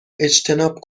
اجتناب